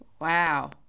wow